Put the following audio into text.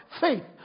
faith